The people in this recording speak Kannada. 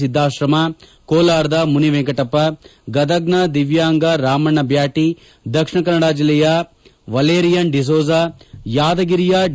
ಸಿದ್ದಾಶ್ರಮ ಕೋಲಾರದ ಮುನಿ ವೆಂಕಟಪ್ಪ ಗದಗದ ದಿವ್ಯಾಂಗ ರಾಮಣ್ಣ ಬ್ಯಾಟಿ ದಕ್ಷಿಣ ಕನ್ನಡ ಜಿಲ್ಲೆಯ ವಲೇರಿಯನ್ ಡಿಸೋಜಾ ಯಾದಗಿರಿಯ ಡಿ